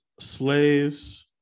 Slaves